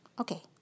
okay